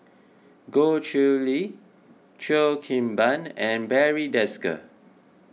Goh Chiew Lye Cheo Kim Ban and Barry Desker